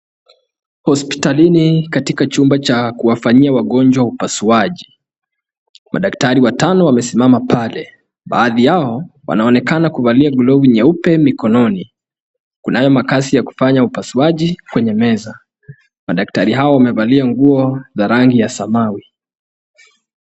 Hospitalini katika chumba cha kuwafanyia wagonjwa upasuaji. Madaktari watano wamesimama pale. Baadhi yao wanaonekana kuvalia glovu nyeupe mikononi. Kunayo makasi ya kufanya upasuaji kwenye meza. Madaktari hao wamevalia nguo za rangi ya samawi.